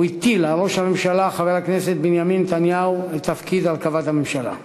הוא הטיל על ראש הממשלה חבר הכנסת בנימין נתניהו את תפקיד הרכבת הממשלה.